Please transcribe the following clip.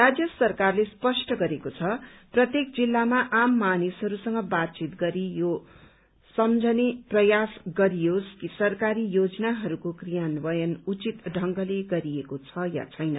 राज्य सरकारले स्पष्ट गरेको छ प्रत्येक जिल्लामा आम मानिसहरूसँग बातवीत गरी यो समझ्ने प्रयास गरिवोस किर सरकारी योजनाहरूको क्रियान्वयन उचित ढंगले गरिएको छ या छैन